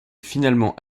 finalement